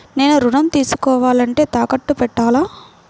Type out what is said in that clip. నేను ఋణం తీసుకోవాలంటే తాకట్టు పెట్టాలా?